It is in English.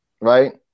right